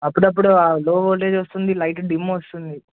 అప్పుడప్పుడు ఆ లో ఓల్టేజ్ వస్తుంది లైట్ డిమ్ వస్తుంది